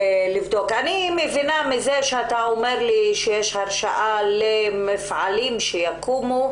אני מבינה מכך שאתה אומר לי שיש הרשאה למפעלים שיקומו,